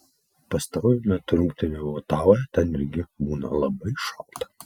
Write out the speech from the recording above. pastaruoju metu rungtyniavau otavoje ten irgi būna labai šalta